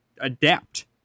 adapt